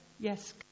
Yes